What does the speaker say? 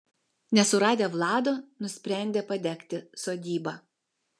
nesuradę vlado nusprendė padegti sodybą